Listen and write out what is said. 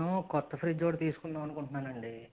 నేను కొత్త ఫ్రిడ్జ్ ఒకటి తీసుకుందాం అనుకుంట్నాం అండి